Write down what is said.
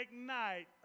ignite